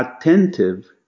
attentive